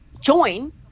join